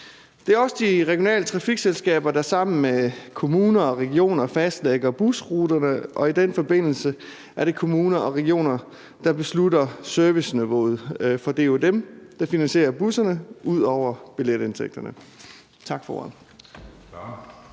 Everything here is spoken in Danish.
Det er også de regionale trafikselskaber, der sammen med kommuner og regioner fastlægger busruterne, og i den forbindelse er det kommuner og regioner, der beslutter serviceniveauet, for ud over billetindtægterne er det